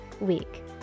week